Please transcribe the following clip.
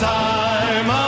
time